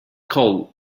call